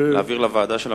להעביר לוועדה של המציע.